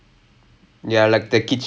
but may be